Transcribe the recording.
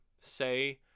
say